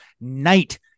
night